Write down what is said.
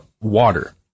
water